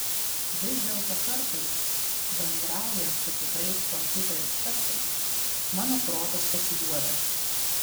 vis dėlto kartais bendraujant su tikrais kompiuterių specais mano protas pasiduoda